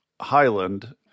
Highland